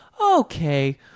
okay